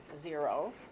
zero